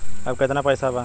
अब कितना पैसा बा?